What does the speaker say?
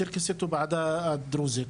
צ'רקסית ובעדה הדרוזית.